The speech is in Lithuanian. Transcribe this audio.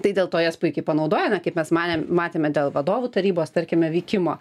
tai dėl to jas puikiai panaudojo na kaip mes manėm matėme dėl vadovų tarybos tarkime veikimo